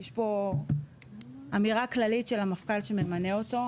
יש פה אמירה כללית של המפכ"ל שממנה אותו.